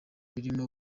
birimo